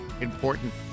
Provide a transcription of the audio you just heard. important